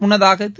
முன்னதாக திரு